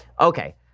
Okay